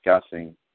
discussing